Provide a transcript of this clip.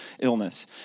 illness